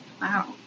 wow